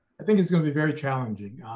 i think it's gonna be very challenging.